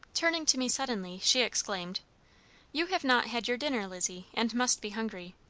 turning to me suddenly, she exclaimed you have not had your dinner, lizzie, and must be hungry.